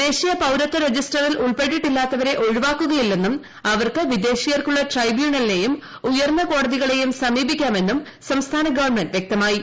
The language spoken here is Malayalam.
ദേശീയ പൌരത്വരജിസ്റ്ററിൽ ഉൾപ്പെട്ടിട്ടില്ലാത്തവരെ ് ഒഴിവാക്കുകയില്ലെന്നും അവർക്ക് വിദേശീയർക്കുള്ള ട്രൈബ്യൂണലിനെയും ഉയർന്ന കോടതികളെയും സമീപിക്കാളെന്നും സംസ്ഥാന ഗവൺമെന്റ് വ്യക്തമാക്കി